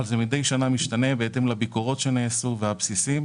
מדי שנה זה משתנה בהתאם לביקורות שנעשו והבסיסים.